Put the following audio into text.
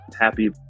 happy